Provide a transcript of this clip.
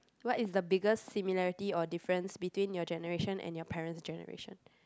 what is the biggest similarity or difference between your generation and your parent's generation